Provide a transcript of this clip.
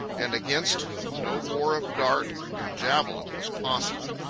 and against whom no war of dart and javelin was possible.